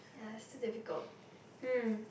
ya it's too difficult hmm